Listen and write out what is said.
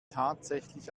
tatsächlich